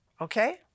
okay